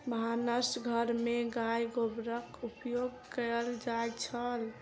भानस घर में गाय गोबरक उपयोग कएल जाइत छल